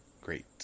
great